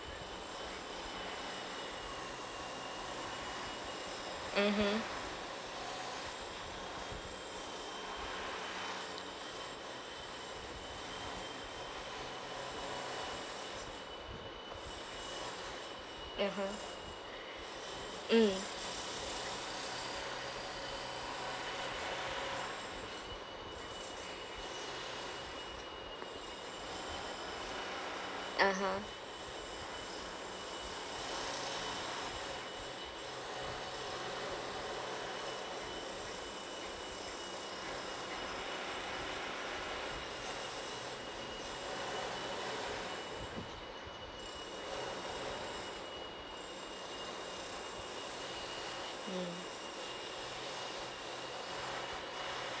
mmhmm mmhmm mm (uh huh) mm